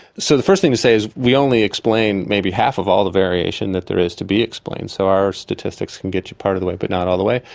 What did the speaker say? so the first thing to say is we only explain maybe half of all the variation that there is to be explained. so our statistics can get you part of the way but not all of the way.